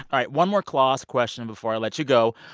right. one more claws question before i let you go.